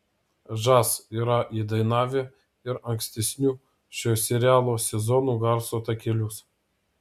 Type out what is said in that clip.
žas yra įdainavę ir ankstesnių šio serialo sezonų garso takelius